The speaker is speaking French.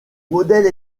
modèle